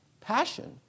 passion